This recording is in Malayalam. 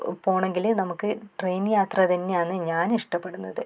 പോണെങ്കിൽ നമുക്ക് ട്രെയിൻ യാത്ര തന്നെയാന്ന് ഞാൻ ഇഷ്ടപ്പെടുന്നത്